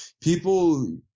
people